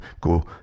go